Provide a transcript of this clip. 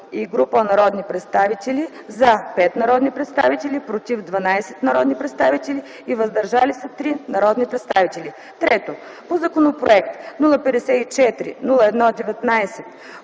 и група народни представители: „за” – 5 народни представители; „против” – 12 народни представители и „въздържали се” – 3 народни представители; 3. по Законопроект № 054-01-19